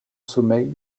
sommeil